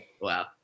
Wow